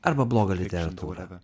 arba blogą literatūrą